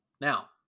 Now